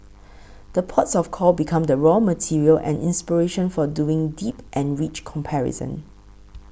the ports of call become the raw material and inspiration for doing deep and rich comparison